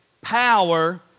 power